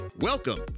Welcome